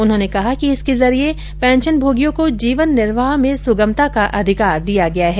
उन्होंने कहा कि इसके जरिये पेंशनमोगियों को जीवन निर्वाह में सुगमता का अधिकार दिया गया है